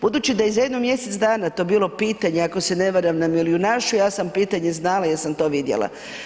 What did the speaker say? Budući da i za jedno mjesec dana je to bilo pitanje ako se ne varam na milijunašu, ja sam pitanje znala jer sam to vidjela.